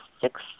six